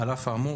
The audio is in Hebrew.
על אף האמור,